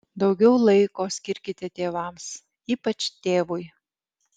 daugiau laiko skirkite tėvams ypač tėvui